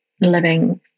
living